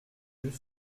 yeux